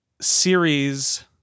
Series